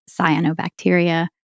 cyanobacteria